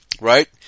right